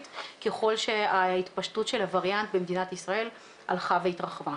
ככל שההתפשטות של הווריאנט במדינת ישראל הלכה והתרחבה.